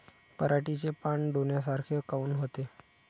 पराटीचे पानं डोन्यासारखे काऊन होते?